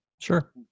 Sure